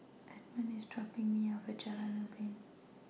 Edmond IS dropping Me off At Jalan Ubin